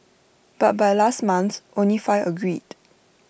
but by last month only five agreed